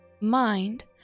mind